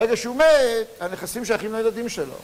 ברגע שהוא מת, הנכסים שייכים לילדים שלו.